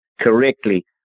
correctly